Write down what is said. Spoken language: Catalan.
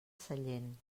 sellent